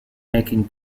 making